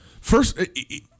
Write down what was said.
first